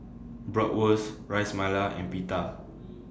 Bratwurst Ras Malai and Pita